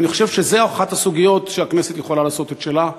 אני חושב שזאת אחת הסוגיות שבהן הכנסת יכולה לעשות את שלה.